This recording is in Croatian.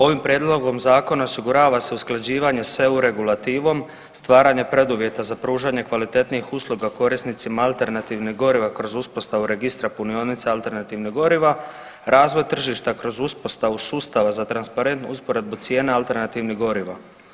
Ovim prijedlogom Zakona osigurava se usklađivanje s EU regulativom, stvaranje preduvjeta za pružanje kvalitetnijih usluga korisnicima alternativnih goriva kroz uspostavu registra punionica alternativnih goriva, razvoj tržišta kroz uspostavu sustava za transparentnu usporedbu cijena alternativnih goriva.